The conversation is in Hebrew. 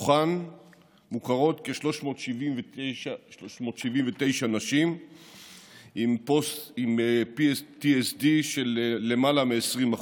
מהם מוכרות כ-379 נשים עם PTSD של יותר מ-20%.